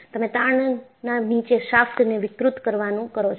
તમે તાણના નીચે શાફ્ટ ને વિકૃત કરવાનું કરો છો